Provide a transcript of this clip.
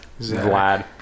Vlad